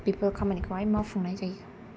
बेफोर खामानिखौ हाय मावफुंनाय जायो